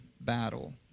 battle